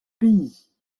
pays